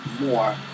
more